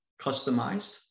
customized